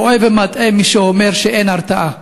טועה ומטעה מי שאומר: אין הרתעה.